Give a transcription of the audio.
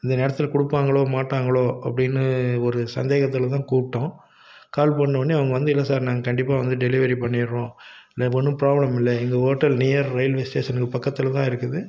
இந்த நேரத்தில் கொடுப்பாங்களோ மாட்டாங்களோ அப்படின்னு ஒரு சந்தேகத்தில்தான் கூப்பிட்டோம் கால் பண்ணோடனே அவங்க வந்து இல்லை சார் நாங்கள் கண்டிப்பாக வந்து டெலிவரி பண்ணிடுறோம் எனக்கு ஒன்றும் பிராப்ளம் இல்லை எங்கள் ஹோட்டல் நியர் ரயில்வே ஸ்டேஷனுக்கு பக்கத்தில்தான் இருக்குது